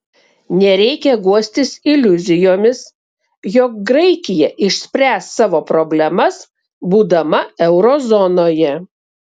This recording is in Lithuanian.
nereikia guostis iliuzijomis jog graikija išspręs savo problemas būdama euro zonoje